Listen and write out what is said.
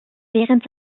während